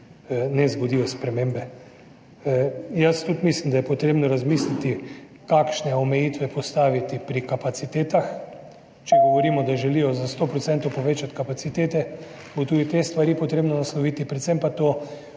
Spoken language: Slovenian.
ne zgodijo spremembe. Tudi jaz mislim, da je treba razmisliti, kakšne omejitve postaviti pri kapacitetah, če govorimo, da želijo za 100 % povečati kapacitete, bo tudi te stvari treba nasloviti. Predvsem pa to,